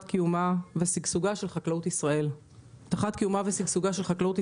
קיומה של החקלאות הישראלית והבטחת שגשוגה.